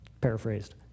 Paraphrased